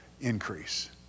increase